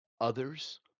others